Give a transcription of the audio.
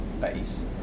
base